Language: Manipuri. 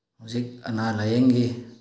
ꯍꯧꯖꯤꯛ ꯑꯅꯥ ꯂꯥꯏꯌꯦꯡꯒꯤ